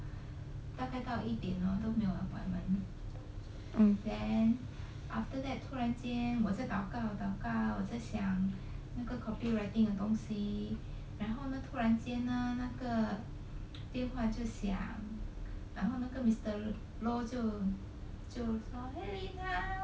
嗯